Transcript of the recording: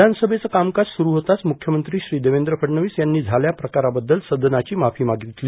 वियानसमेचं कामकाज सुरू होताच मुख्यमंत्री श्री देवेंद्र फडणवीस यांनी झाल्या प्रकाराबद्दल सदनाची माफी मागितली